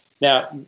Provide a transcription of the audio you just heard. now